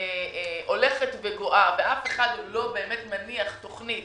הולכת וגואה ואף אחד לא באמת מניח תוכנית